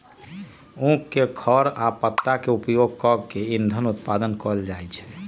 उख के खर आ पत्ता के उपयोग कऽ के इन्धन उत्पादन कएल जाइ छै